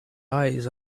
eyes